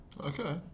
okay